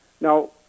Now